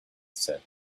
said